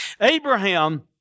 Abraham